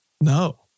No